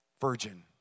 virgin